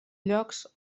llocs